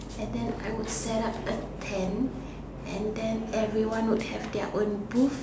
and then I would set up a tent and then everyone will have their own booth